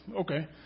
Okay